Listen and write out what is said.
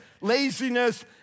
laziness